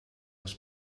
was